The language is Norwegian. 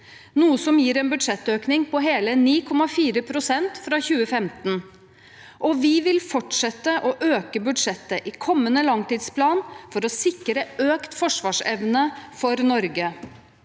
noe som gir en budsjettøkning på hele 9,4 pst. fra 2015, og vi vil fortsette å øke budsjettet i kommende langtidsplan for å sikre økt forsvarsevne for Norge.